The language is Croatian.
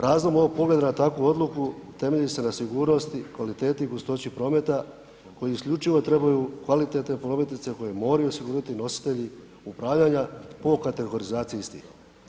Razlog ovog pogleda na takvu odluku temelji se na sigurnosti, kvaliteti i gustoći prometa koji isključivo trebaju kvalitetne prometnice koji moraju osigurati nositelji upravljanja po kategorizaciji istih.